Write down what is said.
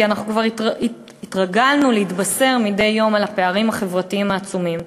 כי אנחנו כבר התרגלנו להתבשר מדי יום על הפערים החברתיים העצומים.